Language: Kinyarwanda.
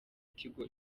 tigo